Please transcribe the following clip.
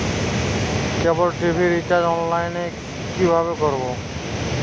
কেবল TV recharge online এ কিভাবে করব?